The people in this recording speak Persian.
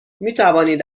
میتوانید